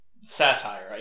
satire